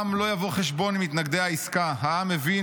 העם לא יבוא חשבון עם מתנגדי העסקה! העם מבין